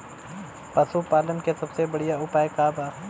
पशु पालन के सबसे बढ़ियां उपाय का बा?